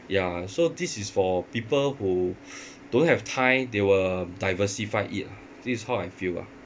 ya so this is for people who don't have time they will diversify it ah this is how I feel ah